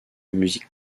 musique